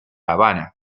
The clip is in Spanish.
habana